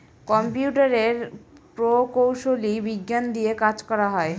কম্পিউটারের প্রকৌশলী বিজ্ঞান দিয়ে কাজ করা হয়